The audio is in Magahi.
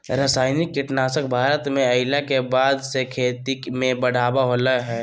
रासायनिक कीटनासक भारत में अइला के बाद से खेती में बढ़ावा होलय हें